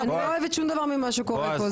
אני לא אוהבת שום דבר ממה שקורה פה,